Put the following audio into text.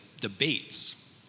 debates